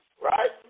right